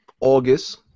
August